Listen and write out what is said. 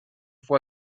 fue